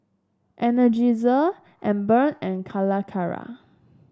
Energizer Anmum and Calacara